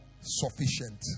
sufficient